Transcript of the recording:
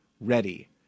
ready